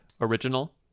Original